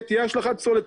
תהיה השלכת פסולת,